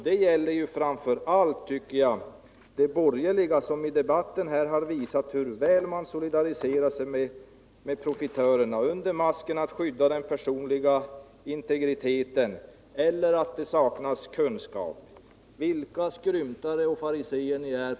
Detta gäller framför allt de borgerliga, som i debatten här har visat hur gärna de solidariserar sig med profitörerna under maskeringen att vilja skydda den personliga integriteten eller att ingenting kan göras på grund av att det saknas kunskap.